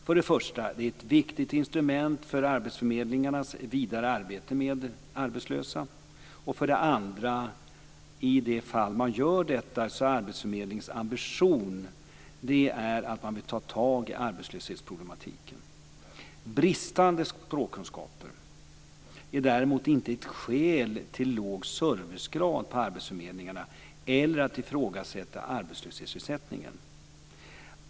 För det första är det ett viktigt instrument för arbetsförmedlingarnas vidare arbete med arbetslösa. För det andra är arbetsförmedlingarnas ambition i de fall då man gör detta att man vill ta tag i arbetslöshetsproblematiken. Bristande språkkunskaper är däremot inte ett skäl att ha låg servicegrad på arbetsförmedlingarna eller att ifrågasätta arbetslöshetsersättningen.